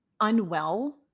unwell